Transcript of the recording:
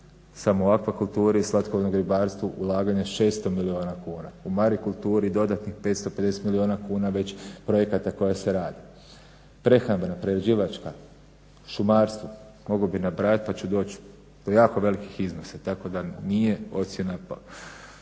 Samo u aquakulturi i slatkovodnom ribarstvu ulaganja 600 milijuna kuna. U marikulturi dodatnih 550 milijuna kuna već projekata koji se rade. Prehrambena, prerađivačka, šumarstvo mogao bi nabrajat pa ću doć do jako velikih iznosa tako da mi nije ocjena dosta